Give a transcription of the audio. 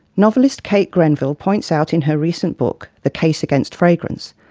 novelist kate grenville points out in her recent book, the case against fragrance,